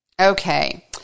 Okay